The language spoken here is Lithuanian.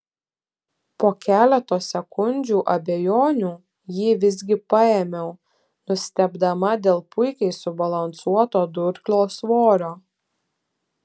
po keleto sekundžių abejonių jį visgi paėmiau nustebdama dėl puikiai subalansuoto durklo svorio